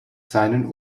seinen